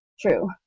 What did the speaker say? true